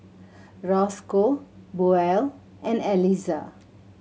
Rosco Buell and Elizah